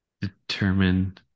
determine